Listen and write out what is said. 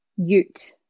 Ute